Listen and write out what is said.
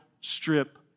strip